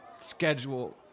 schedule